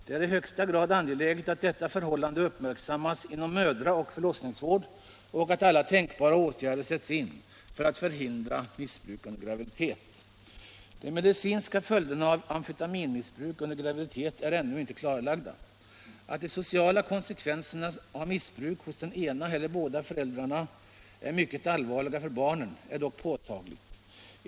Det är i högsta grad angeläget att detta förhållande uppmärksammas inom mödra och förlossningsvården och att alla tänkbara åtgärder sätts in för att förhindra missbruk under graviditet. De medicinska följderna av amfetaminmissbruk under graviditet är ännu inte klarlagda. Att de sociala konsekvenserna av missbruk hos den ena eller båda föräldrarna är mycket allvarliga för barnen är dock påtagligt.